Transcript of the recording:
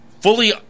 fully